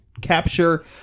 capture